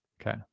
Okay